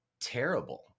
terrible